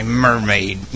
mermaid